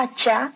Acha